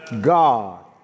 God